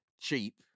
cheap